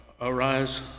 arise